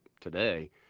today